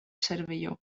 cervelló